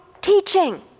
teaching